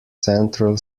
central